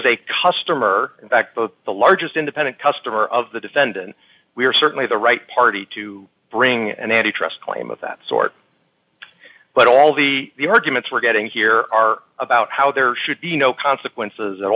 as a customer in fact both the largest independent customer of the defendant we are certainly the right party to bring an antitrust claim of that sort but all the arguments we're getting here are about how there should be no consequences at